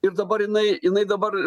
ir dabar jinai jinai dabar